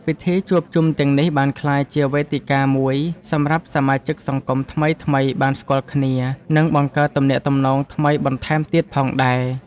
ពិធីជួបជុំទាំងនេះបានក្លាយជាវេទិកាមួយសម្រាប់សមាជិកសង្គមថ្មីៗបានស្គាល់គ្នា និងបង្កើតទំនាក់ទំនងថ្មីបន្ថែមទៀតផងដែរ។